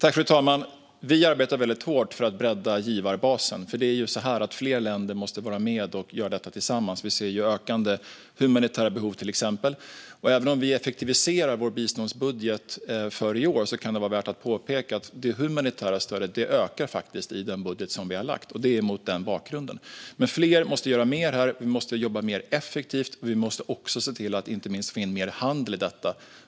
Fru talman! Vi arbetar väldigt hårt för att bredda givarbasen, för det är ju så att fler länder måste vara med och göra detta tillsammans. De humanitära behoven ökar, till exempel. Även om vi effektiviserar vår biståndsbudget för i år kan det vara värt att påpeka att det humanitära stödet faktiskt ökar i den budget som regeringen har lagt fram, och det är mot den bakgrunden. Men fler måste göra mer. Vi måste jobba mer effektivt och även se till att få in mer handel i detta.